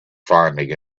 finding